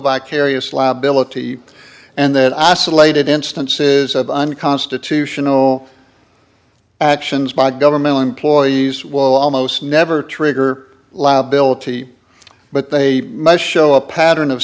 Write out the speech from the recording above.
vicarious liability and that isolated instances of unconstitutional actions by government employees will almost never trigger law bill t but they may show a pattern of